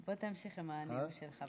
בוא, תמשיך עם הנאום שלך.